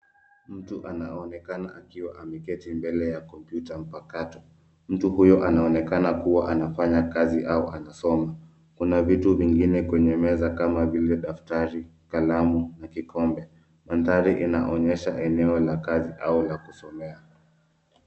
Mtu anaonekana akiwa ameketi mbele ya kompyuta mpakato. Mtu huyo anaonekana kuwa anafanya kazi au akisoma. Kuna vitu vingine kwenye meza kama vile daftari, kalamu, kikombe. Mandhari inaonyesha eneo la kazi au la kusomea.